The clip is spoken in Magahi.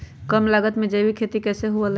कम लागत में जैविक खेती कैसे हुआ लाई?